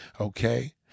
Okay